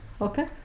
okay